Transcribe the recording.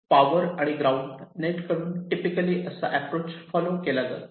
power आणि ground net कडून typically असा अॅप्रोच फोलो केला जातो